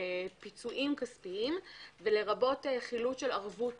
פיצויים כספיים, לרבות חילוט של ערבות